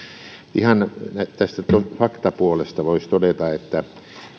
ihan tästä faktapuolesta voisi todeta että